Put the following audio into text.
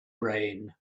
brain